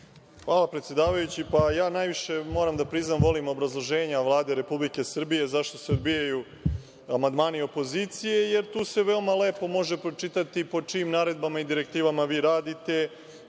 Hvala predsedavajući. Najviše, moram da priznam, volim obrazloženja Vlade Republike Srbije zašto se odbijaju amandmani opozicije, jer tu se veoma lepo može pročitati po čijim naredbama i direktivama vi radite